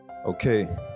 okay